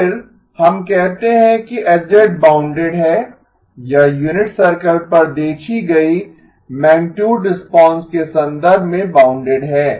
फिर हम कहते हैं कि H बाउन्डेड है यह यूनिट सर्कल पर देखी गई मैगनीटुड रिस्पांस के संदर्भ में बाउन्डेड है